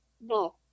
No